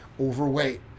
overweight